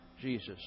Jesus